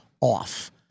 off